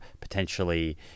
potentially